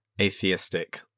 atheistic